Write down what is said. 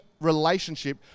relationship